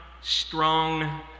strong